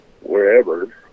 wherever